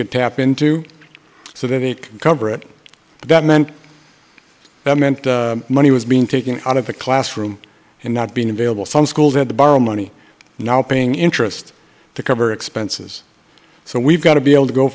could tap into so that it can cover it but that meant that meant money was being taken out of the classroom and not being available some schools had to borrow money now paying interest to cover expenses so we've got to be able to go